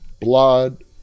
blood